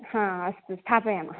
आम् अस्तु स्थापयामः